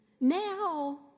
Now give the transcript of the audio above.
Now